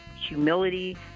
humility